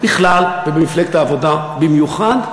בכלל ובמפלגת העבודה במיוחד,